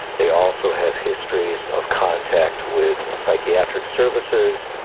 they also have histories of contact with psychiatric services,